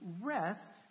rest